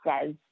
says